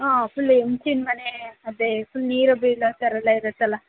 ಹಾಂ ಫುಲ್ ಹೆಂಚಿನ್ ಮನೆ ಅದೇ ಫುಲ್ ನೀರು ಬಿಳೋ ಥರ ಎಲ್ಲ ಇರುತ್ತಲ್ಲ